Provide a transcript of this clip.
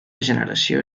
generació